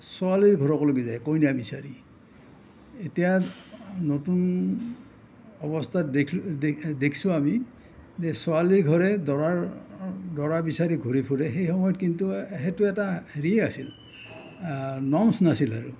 ছোৱালীৰ ঘৰক লেগি যায় কইনা বিচাৰি এতিয়া নতুন অৱস্থাত দেখলু দেখছো আমি যে ছোৱালীৰ ঘৰে দৰাৰ দৰা বিচাৰি ঘূৰি ফুৰে সেই সময়ত কিন্তু সেইটো এটা হেৰিয়ে আছিল নৰ্মছ নাছিল আৰু